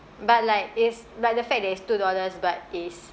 but like it's but the fact that it's two dollars but is